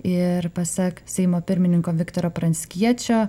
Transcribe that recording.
ir pasak seimo pirmininko viktoro pranckiečio